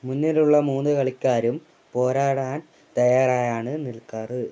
മുന്നിലുള്ള മൂന്ന് കളിക്കാരും പോരാടാൻ തയ്യാറായാണ് നിൽക്കാറ്